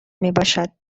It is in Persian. میباشد